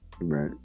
Right